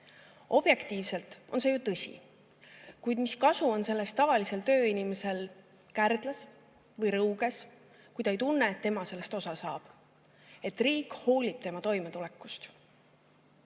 Objektiivselt on see ju tõsi, kuid mis kasu on sellest tavalisel tööinimesel Kärdlas või Rõuges, kui ta ei tunne, et tema sellest osa saab ja et riik hoolib tema toimetulekust?